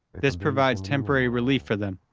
this provides temporary relief for them.